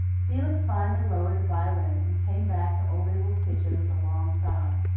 felix finally lowered the violin, and came back to old abel's kitchen with a long sigh.